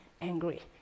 angry